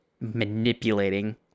manipulating